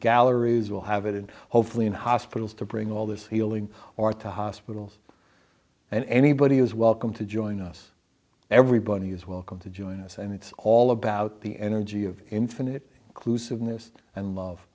galleries will have it and hopefully in hospitals to bring all this healing or to hospitals and anybody is welcome to join us everybody's welcome to join us and it's all about the energy of infinite